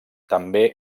també